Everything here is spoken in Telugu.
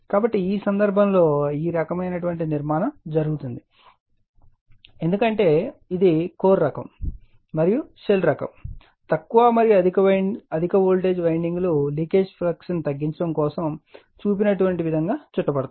కాబట్టి ఈ సందర్భంలో ఈ రకమైన నిర్మాణం జరుగుతుంది ఎందుకంటే ఇది కోర్ రకం మరియు షెల్ రకం తక్కువ మరియు అధిక వోల్టేజ్ వైండింగ్లు లీకేజ్ ఫ్లక్స్ తగ్గించడం కోసం చూపిన విధంగా చుట్టబడతాయి